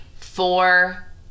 four